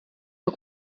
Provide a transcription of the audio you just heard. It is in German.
vor